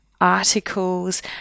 articles